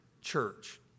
church